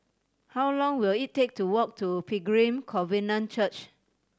how long will it take to walk to Pilgrim Covenant Church